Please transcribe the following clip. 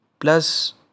Plus